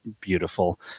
beautiful